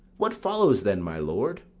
what follows, then, my lord?